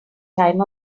time